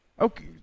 Okay